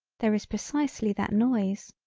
there is precisely that noise.